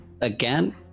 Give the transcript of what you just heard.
again